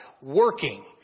working